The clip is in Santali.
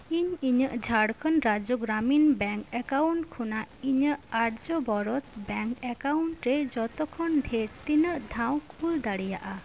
ᱤᱧ ᱤᱧᱟᱹᱜ ᱡᱷᱟᱲᱠᱷᱚᱱᱰ ᱨᱟᱡᱡᱚ ᱜᱨᱟᱢᱤᱱ ᱵᱮᱝᱠ ᱮᱠᱟᱣᱩᱱᱴ ᱠᱷᱚᱱᱟᱜ ᱤᱧᱟᱹᱜ ᱟᱨᱡᱚ ᱵᱚᱨᱚᱛ ᱵᱮᱝᱠ ᱮᱠᱟᱣᱩᱱᱴ ᱨᱮ ᱡᱚᱛᱚᱠᱷᱚᱱ ᱰᱷᱮᱨ ᱛᱤᱱᱟᱹᱜ ᱫᱷᱟᱣ ᱠᱩᱞ ᱫᱟᱲᱮᱭᱟᱜᱼᱟ